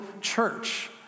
church